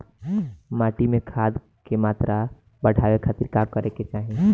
माटी में खाद क मात्रा बढ़ावे खातिर का करे के चाहीं?